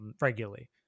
regularly